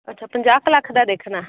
ਅੱਛਾ ਪੰਜਾਹ ਕੁ ਲੱਖ ਦਾ ਦੇਖਣਾ